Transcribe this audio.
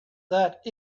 that